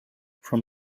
from